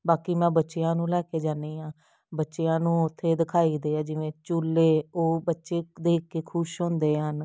ਬਾਕੀ ਮੈਂ ਬੱਚਿਆਂ ਨੂੰ ਲੈ ਕੇ ਜਾਨੀ ਹਾਂ ਬੱਚਿਆਂ ਨੂੰ ਉੱਥੇ ਦਿਖਾਈਦੇ ਆ ਜਿਵੇਂ ਝੂਲੇ ਉਹ ਬੱਚੇ ਦੇਖ ਕੇ ਖੁਸ਼ ਹੁੰਦੇ ਹਨ